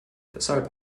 deshalb